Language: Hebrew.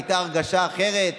הייתה הרגשה אחרת.